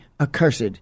accursed